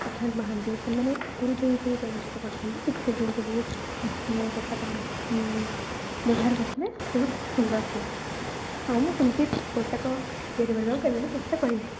ସିଦ୍ଧାନ୍ତ ମାହାନ୍ତି ସେମାନେ ଆଗରୁ ଯେଉଁ ସବୁ ଚଳଚ୍ଚିତ୍ର କରିଛନ୍ତି ସେଥିରେ ଯେଉଁ ସବୁ ପୋଷାକ ବ୍ୟବହାର କରିଥିଲେ ସବୁ ସୁନ୍ଦର ଥିଲା ଆଉ ମୁଁ ସେମିତି ପୋଷାକ ପିନ୍ଧିବାକୁ କେବେବି ଚେଷ୍ଟା କରି ନାହିଁ